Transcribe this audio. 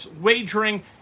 wagering